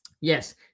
Yes